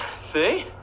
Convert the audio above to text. See